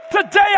Today